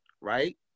right